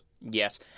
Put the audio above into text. Yes